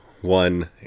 one